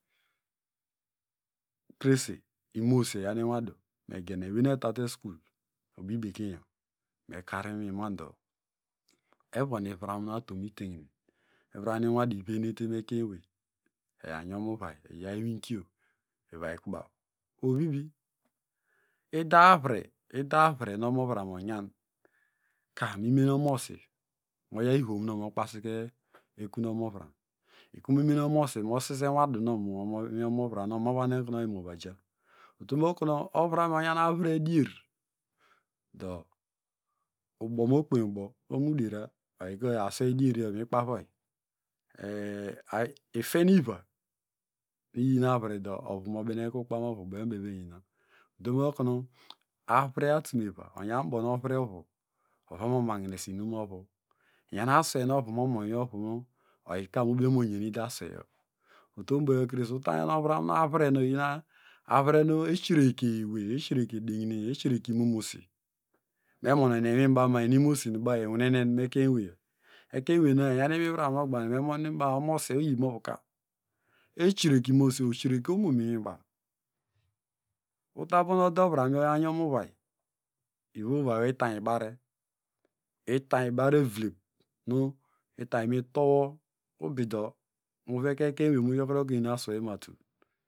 Krese imomosi eyanu inwadu megena ewey nu etate sukul enu bekeyn ekar inwi mado evon ivram nu atom itekine ivram nu inwadu ivenete mu ekeinyewey ey yon mu uvay eyaw inwikiyọ mo vay kubaio ovivi, ida vire, ida avire nu omovram oyan ka mi mene omomosi oya ivom now okpasike ekun omovram ikunu mimene omomos mo sise unwadu nu inwi ovram nu oyi movaja utomu okunu ovram yò oyan avre dier do ubo nu mokpein ubo oho muderiya oyika aswey dier yo mikpavuoyi ifen iva iyin avre do ovu mobeneke ukpa mu ovu oyo ubo mi meneta utomu okunu avire atumeva eyan bonu ovire ovu ovo mo mahinesi inum movu oyanu aswey nu ovu momon nwi ovu nu oyika mobine oku nu moyen udo aswey utom utom uboyokrese uta nyanu ovram avire nu avire nu estireke ewey, eshireke edegineye, eshireke imomosi me munone inwibaw ma mu inum nu imomosi nubaw enwunenen mu ekeiny ekeiny ewey, ekeiny we nayo enyanu imivram nu ogbangine omomosi oyi- imovuka eshireke imomosi oshireke omo mu inwibaw uta vonu ode ọvramyo uyon mu uvom uvai ivom uvayo muvay, ivom uvaywo itary ibara, itary ibare vlev nu iyary mi towo ubido muveke ekeinyewei ugokuro okunu inu asuwo imatul.